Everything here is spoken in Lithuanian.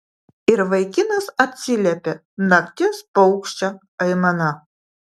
ir vaikinas atsiliepė nakties paukščio aimana